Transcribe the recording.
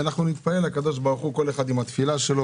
שנתפלל לקב"ה כל אחד עם התפילה שלו